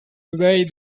today